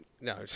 No